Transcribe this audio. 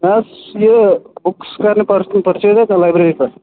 مےٚ ٲس یہِ بُکٕس کَرنہِ پٔرچیٚز تَمہِ لایبٔری پیٚٹھ